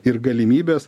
ir galimybės